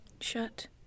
shut